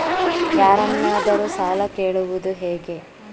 ಯಾರನ್ನಾದರೂ ಸಾಲ ಕೇಳುವುದು ಹೇಗೆ?